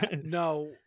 no